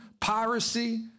piracy